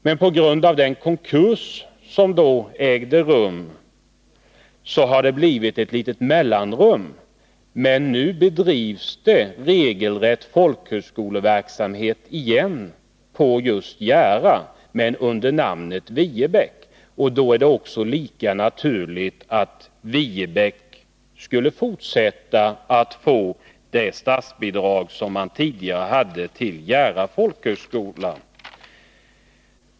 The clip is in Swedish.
Men på grund av den konkurs som då ägde rum har det blivit ett litet mellanrum. Nu bedrivs det regelrätt folkhögskoleverksamhet igen på just Jära, men under namnet Viebäck. Då är det också lika naturligt att Viebäck skall fortsätta att få det statsbidrag som man tidigare hade till Jära folkhögskola.